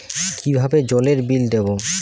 কিভাবে জলের বিল দেবো?